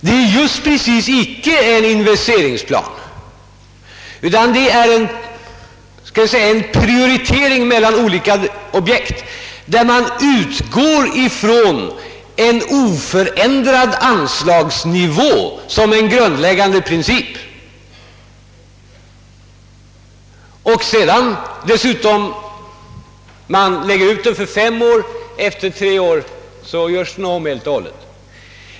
Det är ju just precis icke en investeringsplan utan en plan för prioritering mellan olika objekt, där man utgår ifrån en oförändrad anslagsnivå som en grundläggande princip. Man lägger ut den för fem år — efter tre år görs den om helt och hållet.